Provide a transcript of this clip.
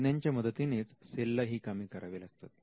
तज्ञांच्या मदतीनेच सेल ला ही कामे करावी लागतात